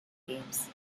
games